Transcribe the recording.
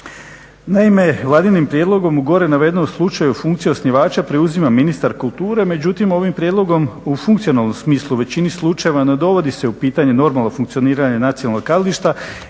Naime, vladinim prijedlogom u gore navedenom slučaju funkciju osnivača preuzima ministar kulture. Međutim, ovim prijedlogom u funkcionalnom smislu u većini slučajeva ne dovodi se u pitanje normalno funkcioniranje nacionalnog kazališta.